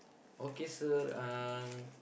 okay sir um